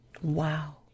Wow